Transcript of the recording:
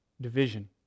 division